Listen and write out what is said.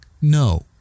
no